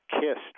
kissed